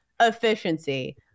efficiency